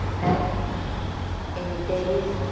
and in the days